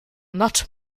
not